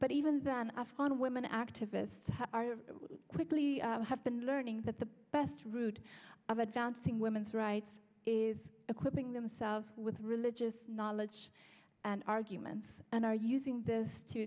but even then afghan women activists are quickly have been learning that the best route of advancing women's rights is equipping themselves with religious knowledge and arguments and are using this to